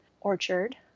orchard